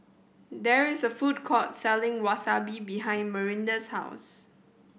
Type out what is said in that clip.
there is a food court selling Wasabi behind Marinda's house